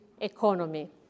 economy